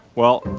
well,